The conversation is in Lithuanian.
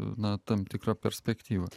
na tam tikrą perspektyvą